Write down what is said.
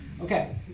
Okay